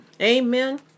Amen